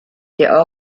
der